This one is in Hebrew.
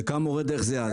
לכמה מורי דרך זה יעזור?